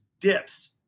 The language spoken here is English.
dips